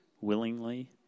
willingly